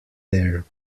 there